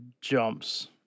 jumps